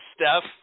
Steph